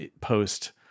post